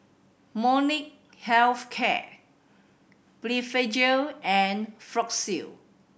Health Care Blephagel and Floxia